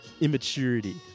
immaturity